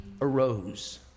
arose